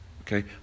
Okay